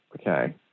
Okay